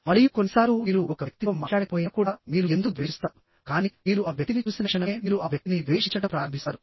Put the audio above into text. మరియు కొన్నిసార్లు మీరు ఒక వ్యక్తితో మాట్లాడకపోయినా కూడా మీరు ఎందుకు ద్వేషిస్తారు కానీ మీరు ఆ వ్యక్తిని చూసిన క్షణమే మీరు ఆ వ్యక్తిని ద్వేషించడం ప్రారంభిస్తారు